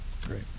Great